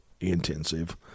intensive